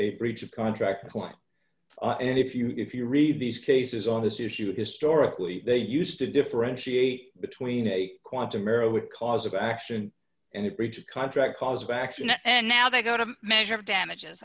a breach of contract point and if you if you read these cases on this issue historically they used to differentiate between a quantum arrow would cause of action and breach of contract cause of action and now they got a measure of damages